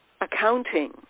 accounting